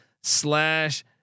slash